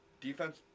defense